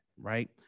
right